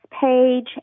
page